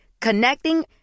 Connecting